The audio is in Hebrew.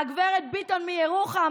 גב' ביטון מירוחם,